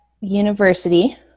university